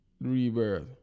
Rebirth